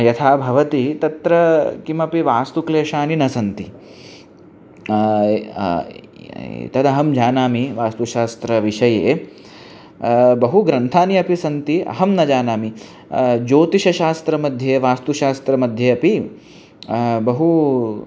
यथा भवति तत्र किमपि वास्तुक्लेशानि न सन्ति तदहं जानामि वास्तुशास्त्रविषये बहु ग्रन्थानि अपि सन्ति अहं न जानामि ज्योतिषशास्त्रमध्ये वास्तुशास्त्रमध्ये अपि बहु